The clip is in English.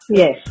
yes